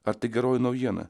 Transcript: ar tai geroji naujiena